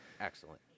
Excellent